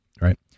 right